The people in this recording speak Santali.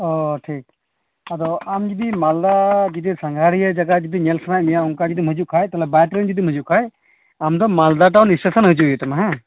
ᱚ ᱴᱷᱤᱠ ᱟᱫᱚ ᱟᱢ ᱡᱩᱫᱤ ᱢᱟᱞᱫᱟ ᱡᱩᱫᱤ ᱥᱟᱸᱜᱷᱟᱨᱤᱭᱟᱹ ᱡᱟᱜᱟ ᱡᱩᱫᱤ ᱧᱮᱞ ᱥᱟᱱᱟᱭᱮᱫ ᱢᱮᱭᱟ ᱚᱱᱠᱟ ᱡᱩᱫᱤᱢ ᱦᱟᱹᱡᱩᱜ ᱠᱷᱟᱱ ᱛᱟᱦᱚᱞᱮ ᱵᱟᱭ ᱴᱨᱮᱹᱱ ᱦᱤᱡᱩᱜ ᱠᱷᱟᱱ ᱟᱢᱫᱚ ᱢᱟᱞᱫᱟ ᱴᱟᱣᱩᱱ ᱮᱥᱴᱮᱥᱚᱱ ᱦᱤᱡᱩᱜ ᱦᱩᱭᱩᱜ ᱛᱟᱢᱟ